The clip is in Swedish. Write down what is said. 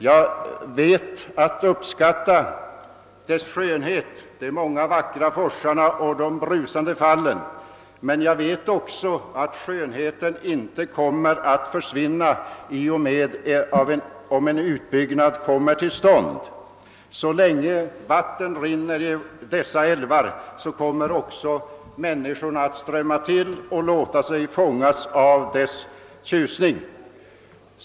Jag vet att uppskatta deras skönhet — de många vackra forsarna och de brusande fallen — men jag vet också att skönheten inte kommer att försvinna om en utbyggnad kommer till stånd. Så länge vatten rinner genom dessa älvar, kommer också människorna att ström ma till och låta sig fångas av deras tjusning.